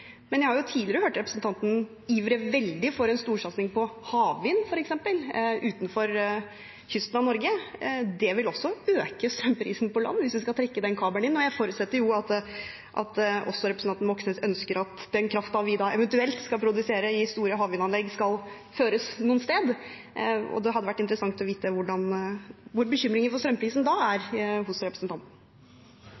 men jeg har tidligere hørt representanten ivre veldig for en storsatsing på f.eks. havvind utenfor kysten av Norge. Det vil også øke strømprisen på land hvis man skal trekke den kabelen inn. Jeg forutsetter at også representanten Moxnes ønsker at den kraften vi eventuelt skal produsere i store havvindanlegg, skal føres noe sted. Det hadde vært interessant å vite hvor bekymringen for strømprisen da er